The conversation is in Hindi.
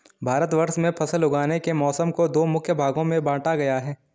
भारतवर्ष में फसल उगाने के मौसम को दो मुख्य भागों में बांटा गया है